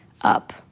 up